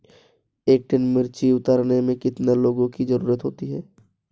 एक टन मिर्ची उतारने में कितने लोगों की ज़रुरत होती है?